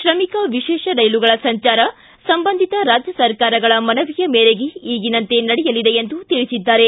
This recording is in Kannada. ತ್ರಮಿಕ ವಿಶೇಷ ರೈಲುಗಳ ಸಂಚಾರ ಸಂಬಂಧಿತ ರಾಜ್ಯ ಸರ್ಕಾರಗಳ ಮನವಿಯ ಮೇರೆಗೆ ಈಗಿನಂತೆ ನಡೆಯಲಿದೆ ಎಂದು ತಿಳಿಸಿದ್ದಾರೆ